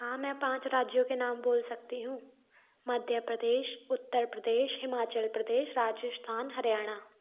हाँ मैं पाँच राज्यों के नाम बोल सकती हूँ मध्य प्रदेश उत्तर प्रदेश हिमाचल प्रदेश राजस्थान हरियाणा